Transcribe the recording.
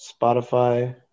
Spotify